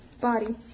Body